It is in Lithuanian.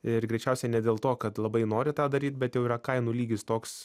ir greičiausiai ne dėl to kad labai nori tą daryt bet jau yra kainų lygis toks